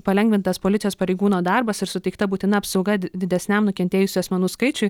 palengvintas policijos pareigūno darbas ir suteikta būtina apsauga didesniam nukentėjusių asmenų skaičiui